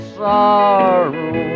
sorrow